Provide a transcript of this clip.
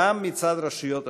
גם מצד רשויות השלטון.